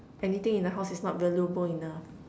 anything in the house is not valuable enough